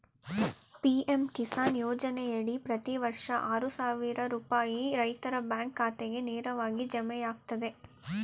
PM Kisan ಯೋಜನೆಯಡಿ ಪ್ರತಿ ವರ್ಷ ಆರು ಸಾವಿರ ರೂಪಾಯಿ ರೈತರ ಬ್ಯಾಂಕ್ ಖಾತೆಗೆ ನೇರವಾಗಿ ಜಮೆಯಾಗ್ತದೆ